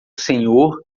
senhor